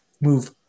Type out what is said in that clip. move